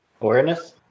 Awareness